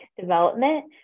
development